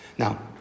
Now